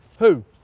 who?